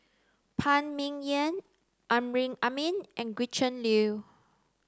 Phan Ming Yen Amrin Amin and Gretchen Liu